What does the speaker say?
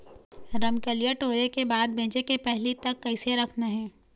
रमकलिया टोरे के बाद बेंचे के पहले तक कइसे रखना हे?